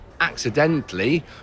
Accidentally